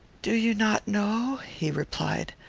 do you not know, he replied,